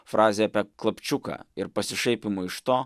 frazei apie klapčiuką ir pasišaipymui iš to